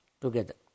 together